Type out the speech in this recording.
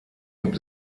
gibt